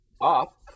up